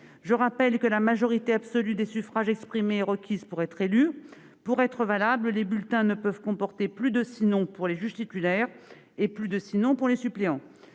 Je rappelle que la majorité absolue des suffrages exprimés est requise pour être élu. Pour être valables, les bulletins ne peuvent comporter plus de six noms pour les juges titulaires et plus de six noms pour les suppléants.